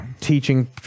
teaching